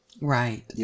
Right